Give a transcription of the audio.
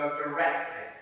directly